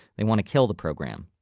they want to kill the program,